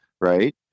right